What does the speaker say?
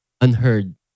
unheard